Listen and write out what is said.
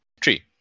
Tree